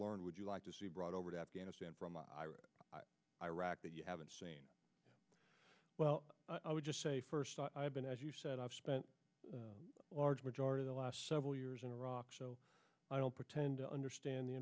learned would you like to see brought over to afghanistan from iraq that you haven't seen well i would just say first i've been as you said i've spent a large majority the last several years in iraq so i don't pretend to understand the